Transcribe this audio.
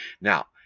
Now